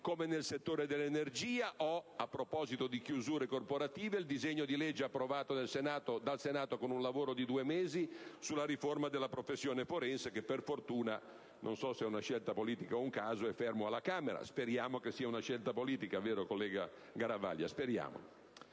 come nel settore dell'energia o, a proposito di chiusure corporative, del disegno di legge approvato dal Senato con un lavoro di due mesi sulla riforma della professione forense il cui esame, per fortuna - non so se è una scelta politica o un caso - è fermo alla Camera (speriamo sia una scelta politica, collega Garavaglia).